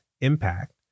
impact